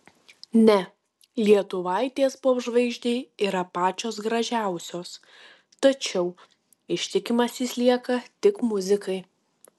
ne lietuvaitės popžvaigždei yra pačios gražiausios tačiau ištikimas jis lieka tik muzikai